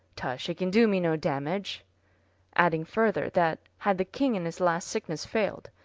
tush, it can do me no damage adding further, that had the king in his last sicknesse faild,